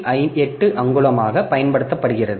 8 அங்குலமாகப் பயன்படுத்தப்படுகிறது